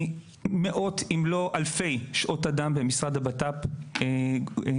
מאות אם לא אלפי שעות אדם במשרד הבט"פ ניתנו